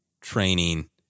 training